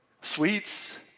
Sweets